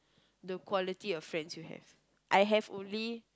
the quality of friends you have I have only